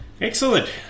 Excellent